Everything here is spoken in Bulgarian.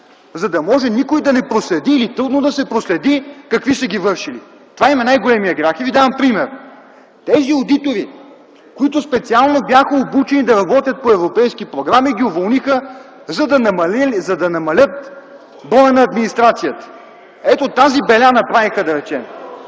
за да може никой да не проследи или трудно да се проследи какви са ги вършили. Това им е най-големият грях. Давам ви пример: тези одитори, които специално бяха обучени да работят по европейски програми, ги уволниха, за да намалят броя на администрацията. Ето тази беля направиха, да речем.